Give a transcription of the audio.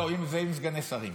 לא, זה עם סגני שרים.